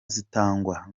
zitangwa